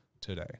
today